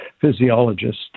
physiologist